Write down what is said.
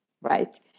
right